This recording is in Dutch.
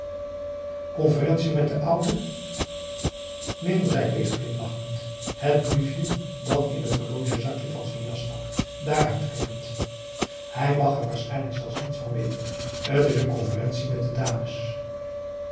conferentie met den ouden minder zei kees glimlachend het briefje dat in t p a daum hoe hij raad van indië werd onder ps maurits horlogezakje van zijn jas stak daaruit trekkend hij mag er waarschijnlijk zelfs niets van weten t is een conferentie met de dames